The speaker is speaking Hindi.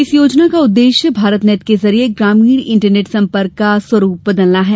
इस योजना का उददेश्य भारतनेट के जरिए ग्रामीण इंटरनेट संपर्क का स्वरूप बदलना है